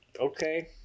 Okay